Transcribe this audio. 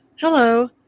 Hello